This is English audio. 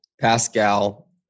Pascal